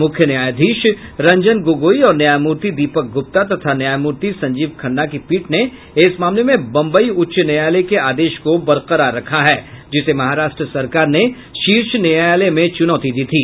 मुख्य न्यायाधीश रंजन गोगोई और न्यायमूर्ति दीपक गुप्ता तथा न्यायमूर्ति संजीव खन्ना की पीठ ने इस मामले में बम्बई उच्च न्यायालय के आदेश को बरकरार रखा है जिसे महाराष्ट्र सरकार ने शीर्ष न्यायालय में चुनौती दी थी